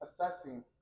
assessing